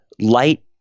light